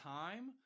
time